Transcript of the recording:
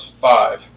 five